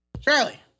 Charlie